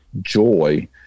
joy